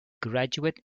graduate